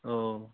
औ